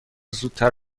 زودتر